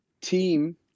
team